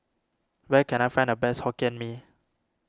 when can I find the best Hokkien Mee